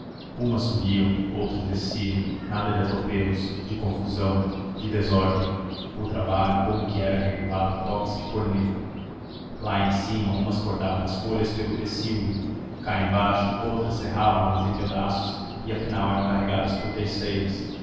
umas subiam outras desciam nada de atropelos de confusão de desordem o trabalho como que era regulado a toques de corneta lá em cima umas cortavam as folhas pelo pecíolo cá embaixo outras serravam nas em pedaços e afinal eram carregadas por terceiras